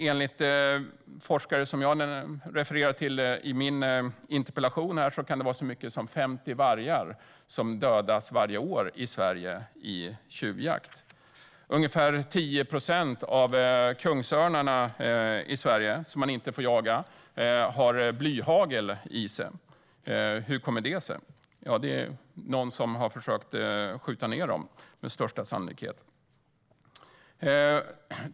Enligt forskare som jag refererar till i min interpellation kan det vara så många som 50 vargar som dödas i tjuvjakt i Sverige varje år. Ungefär 10 procent av kungsörnarna i Sverige, som man inte får jaga, har blyhagel i sig. Hur kommer det sig? Det är med största sannolikhet någon som har försökt skjuta ned dem.